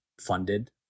funded